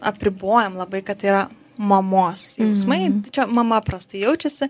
apribojam labai kad tai yra mamos jausmai tai čia mama prastai jaučiasi